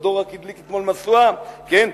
כבודו הדליק רק אתמול משואה, כן.